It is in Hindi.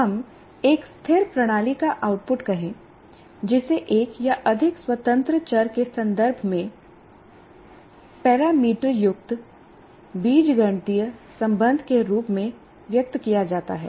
हम एक स्थिर प्रणाली का आउटपुट कहें जिसे एक या अधिक स्वतंत्र चर के संदर्भ में पैरामीटरयुक्त बीजगणितीय संबंध के रूप में व्यक्त किया जाता है